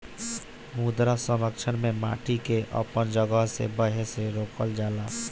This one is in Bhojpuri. मृदा संरक्षण में माटी के अपन जगह से बहे से रोकल जाला